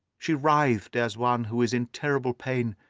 she writhed as one who is in terrible pain,